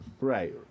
right